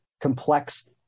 complex